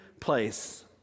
place